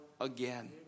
again